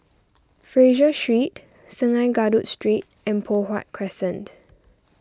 Fraser Street Sungei Kadut Street and Poh Huat Crescent